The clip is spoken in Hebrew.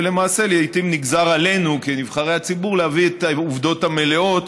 ולמעשה לעיתים נגזר עלינו כנבחרי הציבור להביא את העובדות המלאות,